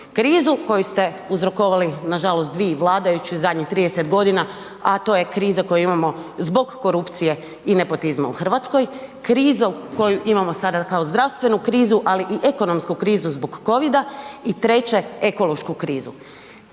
Krizu koju ste uzrokovali, nažalost … vladajući zadnjih 30 godina, a to je kriza koju imamo zbog korupcije i nepotizma u Hrvatskoj, krizu koju imamo sada kao zdravstvenu krizu, ali i ekonomsku krizu zbog covida i treće, ekološku krizu.